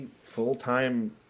full-time